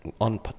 on